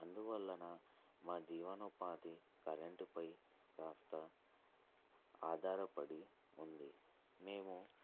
అందువల్లన మా జీవనోపాధి కరెంట్పై కాస్త ఆధారపడి ఉంది మేము